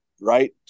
right